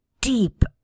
deep